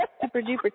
super-duper